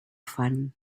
fan